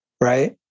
right